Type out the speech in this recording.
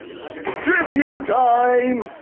trivia time!